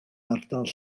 ardal